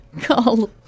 call